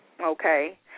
Okay